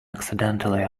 accidentally